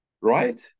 right